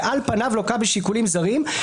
שעל פניו לוקה בשיקולים זרים,